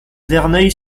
verneuil